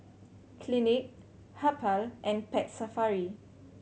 Clinique Habhal and Pet Safari